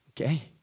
okay